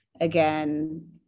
again